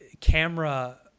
camera